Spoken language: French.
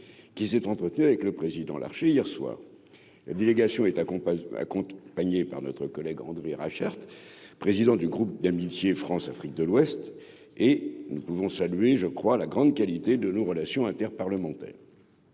qui s'est entretenu avec le président Larché, hier soir, la délégation est accompagné à compte panier par notre collègue André Reichert, président du groupe d'amitié France-Afrique de l'Ouest et nous pouvons saluer je crois la grande qualité de nos relations inter-parlementaire.